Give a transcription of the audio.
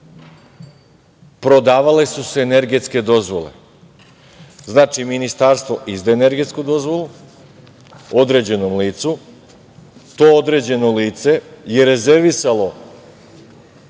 Prodavale su se energetske dozvole. Znači, Ministarstvo izda energetsku dozvolu određenom licu, to određeno lice je rezervisalo